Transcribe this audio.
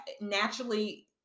naturally